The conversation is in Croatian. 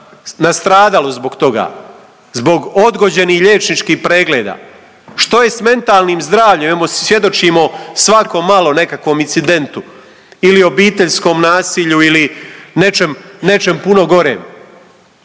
nastradalo zbog toga, zbog odgođenih liječničkih prijedloga. Što je s mentalnim zdravljem, imamo, svjedočimo svako malo nekakvom incidentu ili obiteljskom nasilju ili nečem, nečem puno gorem.